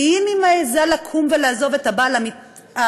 כי אם היא מעזה לקום ולעזוב את הבעל המתעלל,